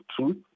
truth